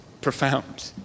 profound